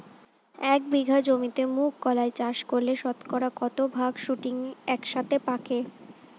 এক বিঘা জমিতে মুঘ কলাই চাষ করলে শতকরা কত ভাগ শুটিং একসাথে পাকে?